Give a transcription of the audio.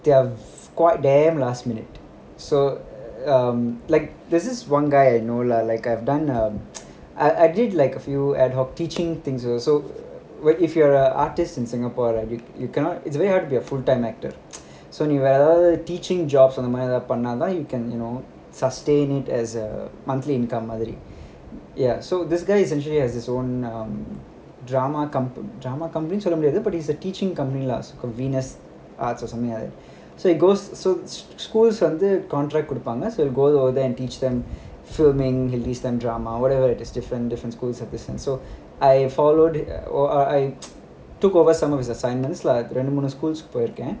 they're quite damn last minute so um like there's this one guy I know lah like I've done um I did like a few ad hoc teaching things so what if you're a artist in singapore right you cannot it's very hard to be a full time actor so வேற ஏதாது:vera yethathu teaching job அந்த மாதிரி ஏதாது பண்ண தான்:antha mathiri yethathu panna thaan you can you know sustain it as a monthly income அந்த மாதிரி:antha mathiri ya so this guy essentially has his own um drama comp~ drama company சொல்ல முடியாது:solla mudiyathu but it's a teaching company lah convenience arts or something like that so it goes கொடுப்பாங்க:kodupaanga will go over there and teach them filming hindustan drama or whatever it is different different schools have this thing so I followed or I I took over some of his assignments lah ரெண்டு மூணு schools போயிருக்கேன்:rendu moonu schools poiruken